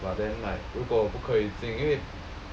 but then like 如果我不可以进因为